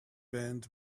band